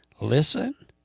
listen